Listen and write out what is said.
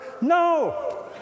No